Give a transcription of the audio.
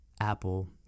Apple